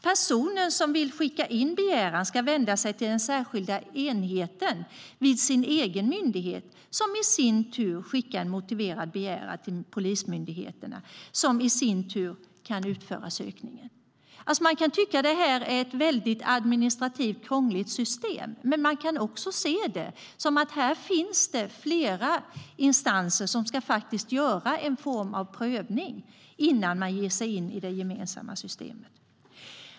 Personer som vill skicka in begäran ska vända sig till den särskilda enheten vid sin egen myndighet, som i sin tur skickar en motiverad begäran till polismyndigheterna, som i sin tur kan utföra sökningen. Man kan tycka att detta är ett administrativt krångligt system, men man kan också se det som att det finns flera instanser som faktiskt ska göra en form av prövning innan de ger sig in i det gemensamma systemet.